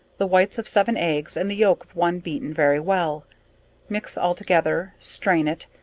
the whites of seven eggs and the yolk of one beaten very well mix altogether, strain it,